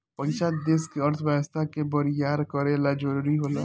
पइसा देश के अर्थव्यवस्था के बरियार करे ला जरुरी होला